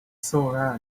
sore